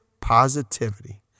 positivity